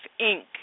Inc